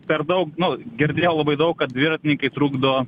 per daug nu girdėjau labai daug kad dviratininkai trukdo